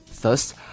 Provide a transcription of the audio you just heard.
Thus